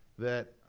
that,